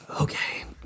okay